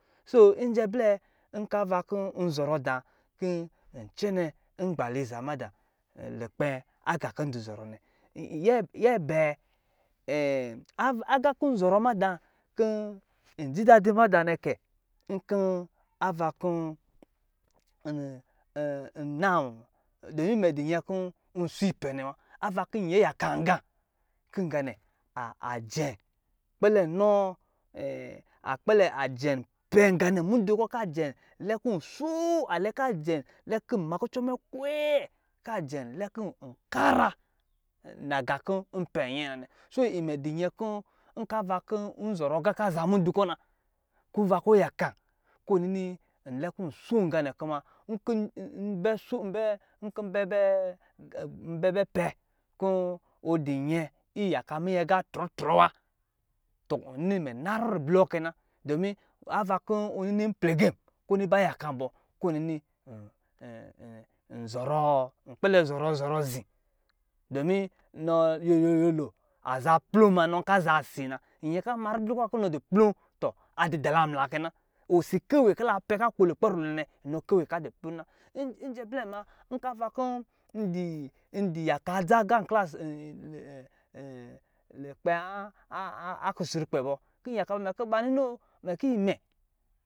So ijɛ blɛ ava kɔ nzɔrɔ da kɔ ncɛnɛ nmaliza mada lukpɛ aqa kɔ ndu zɔrɔ nɛ yɛ bɛɛ aqa kɔ nzɔrɔ mada kɔ njidadi ma da nɛ kɛ kɔ ava kɔ nna domi mɛ dɔnyɛ kɔ nso ipɛnɛ wa ava kɔ nyɛ yakanga nganɛ jɛn kpɛlɛ pɛ nqa nɛ mudu kɔ alɛ ka jɛ lɛ kɔ nma kucɔ mɛ kwɛɛ ka nɛ kɔ nkara naɔa kɔ npɛ nyɛɛ nanɛ so mɛ du ngɛ kɔ nka ava kɔ nzɔrɔ aga kaza mudu kɔ na kɔ ava kɔ ɔ yakan kɔ nso nqa nɛ nkɔ mbɛbɛ pɛ kɔ wɔ dɔ nyɛ iyaka minyɛ aqa trɔtrɔwa tɔ wɔ nimɛ harɔ rible wɔ kɛ na domi nka ava kɔ ɔ nini nplegen kɔ nini ba yakan kɔ nini nkpɛlɛ zɔrɔ zɔrɔ zi nɔ yoyolo aza plo ma nka za nɔ osi na nyɛ kɔ ame ribla kɛ nɔ dɔ plom tɔ adɔ dalemlakɛ na osi kewe ka ko lukpɛ lulwɛ nɛ ka du plom na blɛ ma nkɔ ndu yaka adza aqa nklas lukpɛ a kusrukpɛ bɔ mɛ kɔ yinini wo.